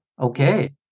okay